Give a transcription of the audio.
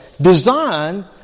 designed